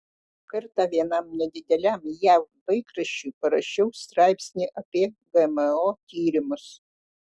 kartą vienam nedideliam jav laikraščiui parašiau straipsnį apie gmo tyrimus